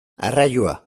arraioa